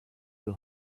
will